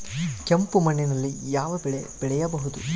ಕೆಂಪು ಮಣ್ಣಿನಲ್ಲಿ ಯಾವ ಬೆಳೆ ಬೆಳೆಯಬಹುದು?